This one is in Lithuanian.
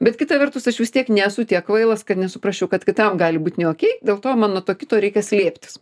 bet kita vertus aš vis tiek nesu tiek kvailas kad nesuprasčiau kad kitam gali būt ne okei dėl to man nuo to kito reikia slėptis